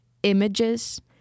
Images